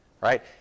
Right